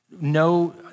no